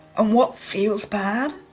and what feels bad,